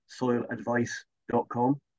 soiladvice.com